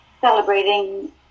celebrating